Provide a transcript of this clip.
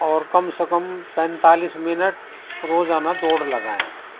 اور کم سے کم پینتالیس منٹ روزانہ دوڑ لگائیں